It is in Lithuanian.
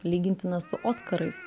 lygintina su oskarais